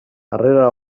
jarrera